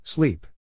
Sleep